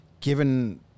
given